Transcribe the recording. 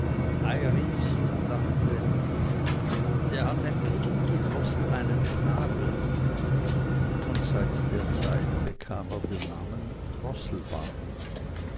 der hat ein kinn wie die drossel einen schnabel und seit der zeit bekam er den namen